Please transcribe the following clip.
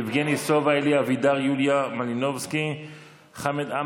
יבגני סובה, אלי אבידר, יוליה מלינובסקי קונין,